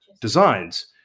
designs